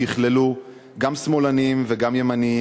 שיכללו גם שמאלנים וגם ימנים,